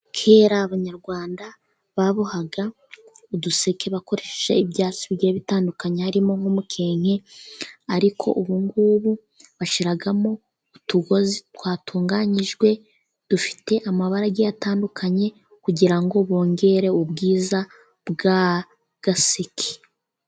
Kera Abanyarwanda babohaga uduseke bakoresheje ibyatsi bigiye bitandukanye, harimo nk'umukenke, ariko ubu ngubu bashyiramo utugozi twatunganyijwe, dufite amabara agiye atandukanye, kugira ngo bongere ubwiza bw'agaseke.